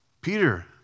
Peter